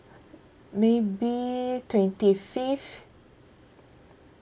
maybe twenty fifth